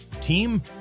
team